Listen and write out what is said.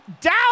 down